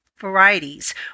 varieties